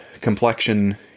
complexion